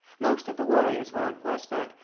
most of the warriors were on horseback,